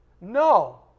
No